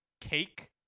cake